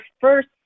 first